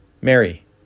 Mary